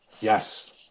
Yes